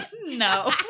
No